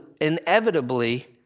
inevitably